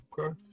okay